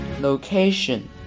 Location